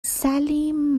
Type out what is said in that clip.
salim